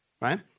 Right